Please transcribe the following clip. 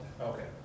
Okay